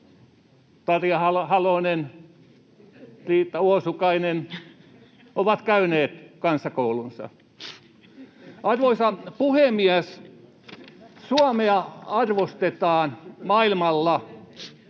Tarja Halonen kuin Riitta Uosukainen, ovat käyneet kansakoulunsa. Arvoisa puhemies! Suomea arvostetaan maailmalla